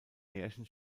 märchen